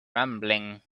rumbling